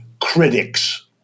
critics